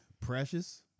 Precious